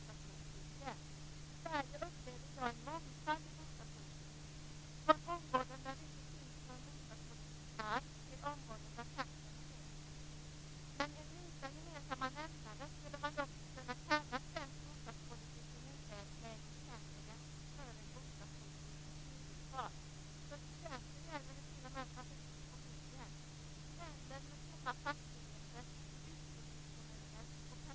Sverige upplever i dag en mångfald i bostadspolitiken, från områden där det inte finns någon bostadspolitik alls till områden där takten är hög. Med en minsta gemensam nämnare skulle man dock kunna kalla svensk bostadspolitik i nuläget för en bostadspolitik med snigelfart. För studenter gäller det t.o.m. att ta huset på ryggen. Trenden med tomma fastigheter i utflyttningskommuner och katastroflånga bostadsköer för studenter i storstäderna måste snabbt vändas.